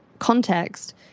context